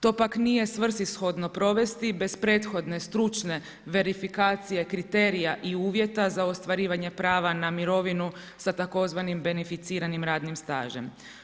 To pak nije svrsishodno provesti bez prethodne, stručne verifikacije kriterija i uvjeta za ostvarivanje prava na mirovinu sa tzv. beneficiranim radnim stažem.